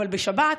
אבל בשבת,